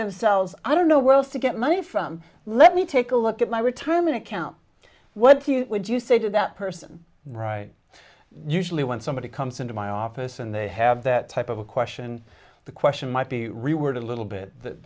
themselves i don't know where else to get money from let me take a look at my retirement account what you would you say to that person right usually when somebody comes into my office and they have that type of a question the question might be reworded a little bit th